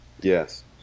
Yes